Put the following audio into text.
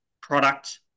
product